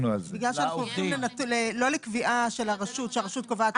לא לקביעת הרשות.